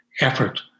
effort